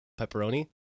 pepperoni